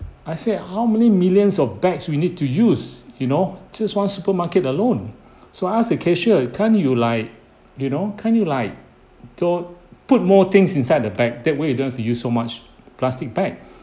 I said how many millions of bags we need to use you know just one supermarket alone so I asked the cashier can't you like you know can't you like don't put more things inside the bag that way you don't have to use so much plastic bags